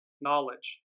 knowledge